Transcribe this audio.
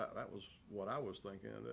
ah that was what i was like and